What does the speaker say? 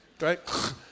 Right